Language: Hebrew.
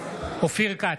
אופיר כץ,